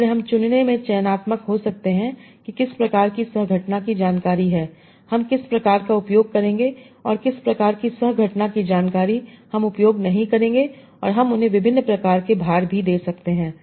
इसलिए हम चुनने में चयनात्मक हो सकते हैं कि किस प्रकार की सह घटना की जानकारी है हम किस प्रकार का उपयोग करेंगे और किस प्रकार की सह घटना की जानकारी हम उपयोग नहीं करेंगे और हम उन्हें विभिन्न प्रकार के भार भी दे सकते हैं